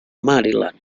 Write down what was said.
maryland